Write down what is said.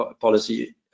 policy